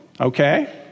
Okay